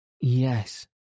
Yes